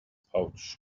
pouch